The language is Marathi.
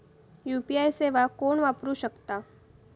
यू.पी.आय सेवा कोण वापरू शकता?